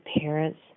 parents